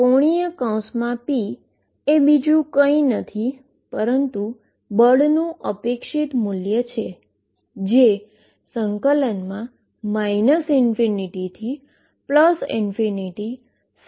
ddt⟨p⟩ એ બીજું કશું નથી પરંતુ ફોર્સ ની એક્સપેક્ટેશન વેલ્યુ છે